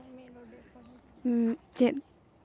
ᱪᱮᱫ